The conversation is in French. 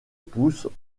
poussent